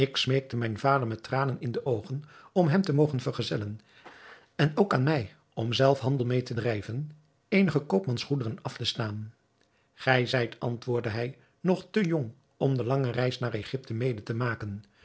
mijn vader met tranen in de oogen om hem te mogen vergezellen en ook aan mij om zelf handel mede te drijven eenige koopmansgoederen af te staan gij zijt antwoordde hij nog te jong om de lange reis naar egypte mede te maken